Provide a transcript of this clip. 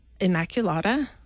Immaculata